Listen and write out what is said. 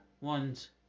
ones